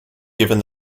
given